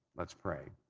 let's pray.